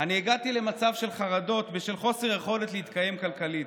אני הגעתי למצב של חרדות בשל חוסר יכולת להתקיים כלכלית.